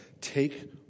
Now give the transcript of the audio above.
take